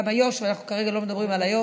גם איו"ש אבל כרגע אנחנו לא מדברים על איו"ש,